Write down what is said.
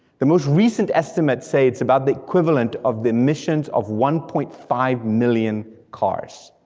the most recent estimates say it's about the equivalent of the emissions of one point five million cars,